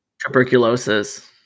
Tuberculosis